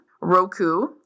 Roku